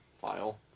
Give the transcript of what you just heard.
file